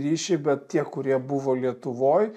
ryšį bet tie kurie buvo lietuvoj